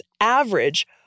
average